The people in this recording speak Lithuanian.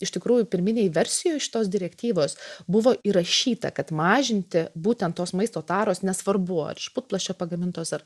iš tikrųjų pirminėj versijoj šitos direktyvos buvo įrašyta kad mažinti būtent tos maisto taros nesvarbu ar iš putplasčio pagamintos ar